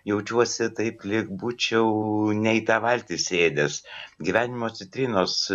jaučiuosi taip lyg būčiau ne į tą valtį sėdęs gyvenimo citrinos